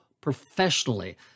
professionally